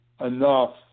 enough